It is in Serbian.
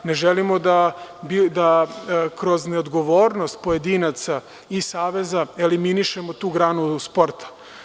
Ne želimo da kroz neodgovornost pojedinaca i saveza eliminišemo tu granu sporta.